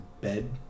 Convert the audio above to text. bed